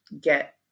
get